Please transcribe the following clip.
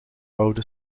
oude